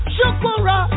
Shukura